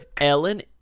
Ellen